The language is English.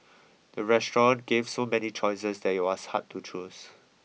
the restaurant gave so many choices that it was hard to choose